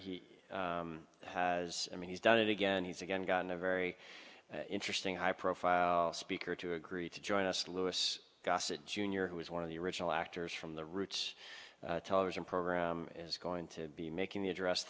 he has i mean he's done it again he's again gotten a very interesting high profile speaker to agree to join us louis gossett jr who is one of the original actors from the roots television program is going to be making the address